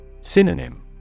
Synonym